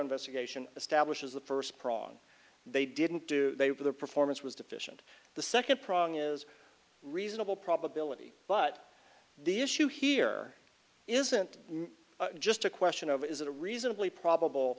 investigation establishes the first prong they didn't do they were the performance was deficient the second prong is reasonable probability but the issue here isn't just a question of is it a reasonably probable